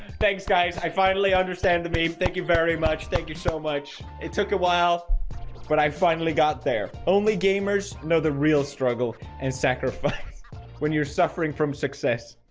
thanks guys, i finally understand the me um thank you very much. thank you so much it took a while but i finally got there only gamers know the real struggle and sacrifice when you're suffering from success